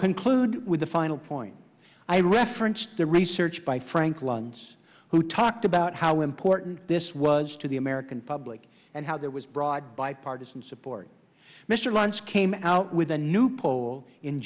conclude with the final point i referenced the research by frank luntz who talked about how important this was to the american public and how there was broad bipartisan support mr lunch came out with a new poll in